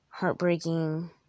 heartbreaking